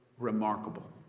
Remarkable